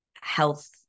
health